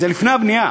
זה לפני הבנייה,